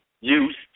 use